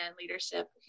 leadership